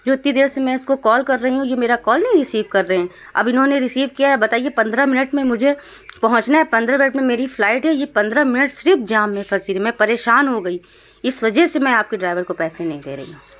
جو اتنی دیر سے میں اس کو کال کر رہی ہوں یہ میرا کال نہیں ریسیو کر رہے ہیں اب انہوں نے ریسیو کیا ہے بتائیے پندرہ منٹ میں مجھے پہنچنا ہے پندرہ منٹ میں میری فلائٹ ہے یہ پندرہ منٹ صرف جام میں پھنسی رہی میں پریشان ہو گئی اس وجہ سے میں آپ کے ڈرائیور کو پیسے نہیں دے رہی ہوں